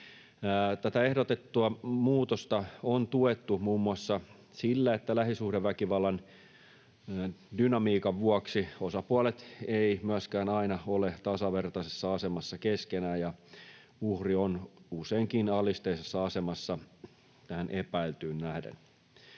Tätä ehdotettua muutosta on tuettu muun muassa sillä, että lähisuhdeväkivallan dynamiikan vuoksi osapuolet eivät myöskään aina ole tasavertaisessa asemassa keskenään ja uhri on useinkin alisteisessa asemassa tähän epäiltyyn nähden.